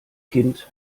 kind